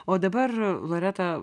o dabar loreta